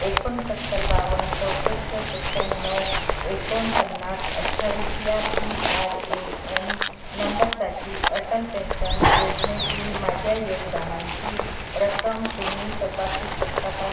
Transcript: एकोणसत्तर बावन्न चौसष्ठ सत्त्याण्णव एकोणपन्नास अठ्ठावीस या पी आर ए एन नंबरसाठी अटल पेन्शन योजनेतील माझ्या योगदानांची रक्कम तुम्ही तपासू शकता का